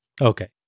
Okay